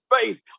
faith